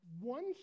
one